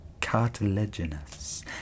cartilaginous